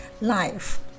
Life